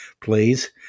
please